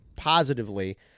Positively